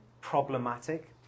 problematic